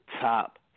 top